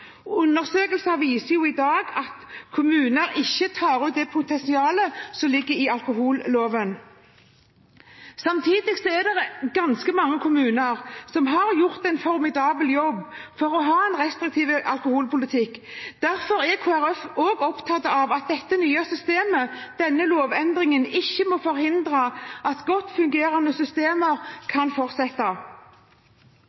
Undersøkelser viser at kommuner i dag ikke tar ut det potensialet som ligger i alkoholloven. Samtidig er det ganske mange kommuner som har gjort en formidabel jobb for å ha en restriktiv alkoholpolitikk. Derfor er Kristelig Folkeparti opptatt av at dette nye systemet, denne lovendringen, ikke må forhindre at godt fungerende systemer kan fortsette.